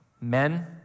men